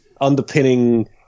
underpinning